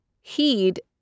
heed